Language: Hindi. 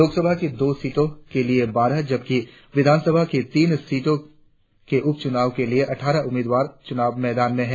लोकसभा की दो सीटों के लिए बारह जबकि विधानसभा की तीन सीटों के उपचुनाव के लिए अट्ठारह उम्मीदवार मैदान में है